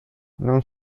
non